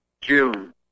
June